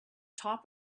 top